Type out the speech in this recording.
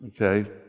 Okay